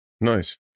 Nice